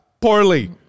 poorly